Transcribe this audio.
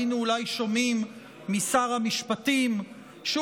היינו אולי שומעים משר המשפטים שהוא